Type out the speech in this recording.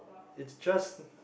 it's just